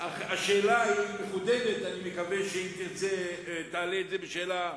השאלה היא מחודדת, אני מקווה שתעלה את זה בשאלה,